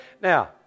Now